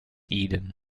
eden